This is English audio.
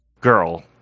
girl